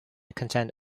contained